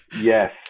Yes